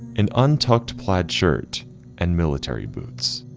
an untucked plaid shirt and military boots.